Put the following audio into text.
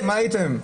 כמה הייתם?